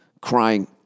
crying